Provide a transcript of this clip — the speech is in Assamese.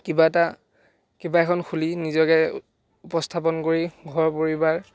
কিবা এটা কিবা এখন খুলি নিজকে উপস্থাপন কৰি ঘৰ পৰিবাৰ